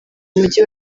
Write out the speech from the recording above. mujyi